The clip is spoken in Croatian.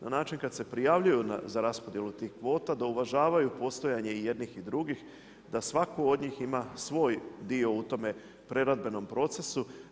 Na način kad se prijavljuju za raspodjelu tih kvota, da uvažavaju postojanje i jednih i drugih, da svatko od njih ima svoj dio u tome preradbenom procesu.